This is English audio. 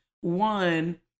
One